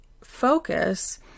focus